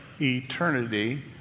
eternity